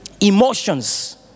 Emotions